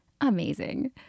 amazing